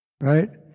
Right